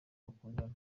bakundana